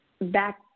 back